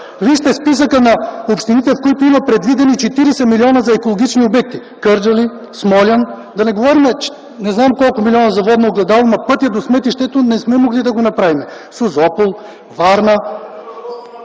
Вижте списъка на общините, в които има предвидени 40 милиона за екологични обекти – Кърджали, Смолян, не знам колко милиона за „Водно огледало”, но пътят до сметището не сме могли да направим, Созопол, Варна